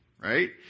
right